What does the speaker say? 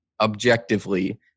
objectively